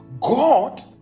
God